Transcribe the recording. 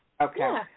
Okay